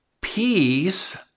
Peace